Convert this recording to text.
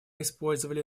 использовали